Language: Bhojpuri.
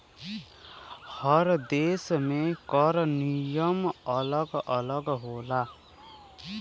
हर देस में कर नियम अलग अलग होला